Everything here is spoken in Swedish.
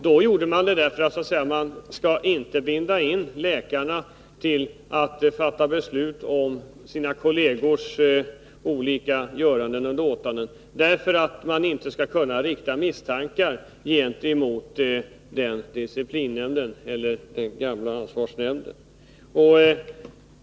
Man gjorde det därför att man inte ville att läkarna skulle behöva fatta beslut om sina kollegers olika göranden och låtanden och därför att misstankar inte skulle kunna riktas mot den gamla ansvarsnämnden.